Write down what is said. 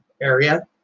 area